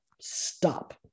stop